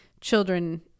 children